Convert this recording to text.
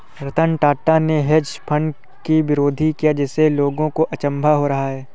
रतन टाटा ने hedge fund की विरोध किया जिससे लोगों को अचंभा हो रहा है